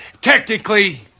Technically